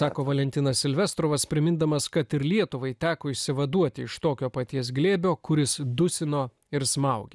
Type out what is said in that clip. sako valentinas silvestros primindamas kad ir lietuvai teko išsivaduoti iš tokio paties glėbio kuris dusino ir smaugė